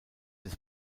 des